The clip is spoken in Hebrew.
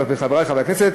חברי חברי הכנסת,